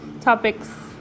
topics